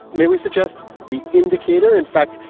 may we suggest the indicator? in fact,